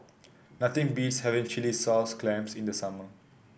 nothing beats having Chilli Sauce Clams in the summer